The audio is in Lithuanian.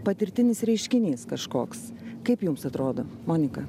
patirtinis reiškinys kažkoks kaip jums atrodo monika